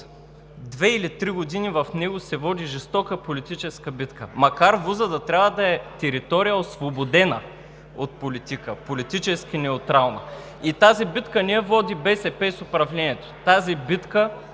две или три години в него се води жестока политическа битка, макар ВУЗ-ът да трябва да е територия, освободена от политика, политически неутрална. И тази битка с управлението не я